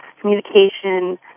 communication